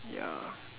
ya